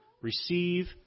receive